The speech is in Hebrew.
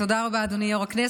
תודה רבה, אדוני היושב-ראש.